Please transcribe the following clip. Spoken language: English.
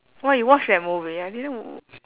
!wah! you watched that movie I didn't w~